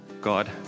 God